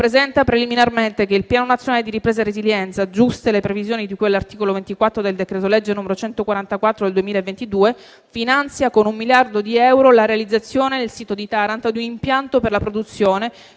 rappresenta preliminarmente che il Piano nazionale di ripresa e resilienza, giusta le previsioni di cui all'articolo 24 del decreto-legge n. 144 del 2022, finanzia con un miliardo di euro la realizzazione nel sito di Taranto di un impianto per la produzione,